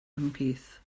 ymhlith